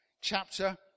chapter